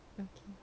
okay